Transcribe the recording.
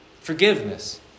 Forgiveness